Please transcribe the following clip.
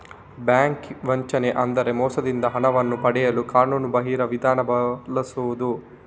bank ವಂಚನೆ ಅಂದ್ರೆ ಮೋಸದಿಂದ ಹಣವನ್ನು ಪಡೆಯಲು ಕಾನೂನುಬಾಹಿರ ವಿಧಾನ ಬಳಸುದು